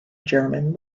german